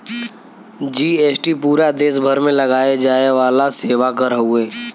GST पूरा देस भर में लगाये जाये वाला सेवा कर हउवे